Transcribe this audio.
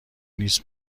نیز